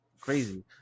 crazy